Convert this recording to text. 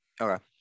Okay